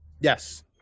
Yes